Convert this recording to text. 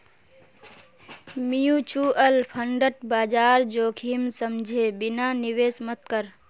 mutual फंडत बाजार जोखिम समझे बिना निवेश मत कर